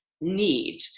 need